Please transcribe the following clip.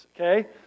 okay